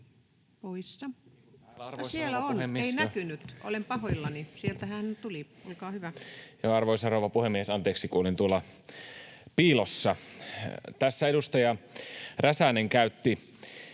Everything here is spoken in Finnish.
Arvoisa rouva puhemies! Anteeksi, kun olin tuolla piilossa. Tässä edustaja Räsänen käytti